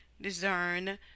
discern